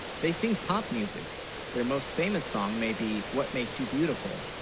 they, sing pop music their most famous, song maybe what makes you beautiful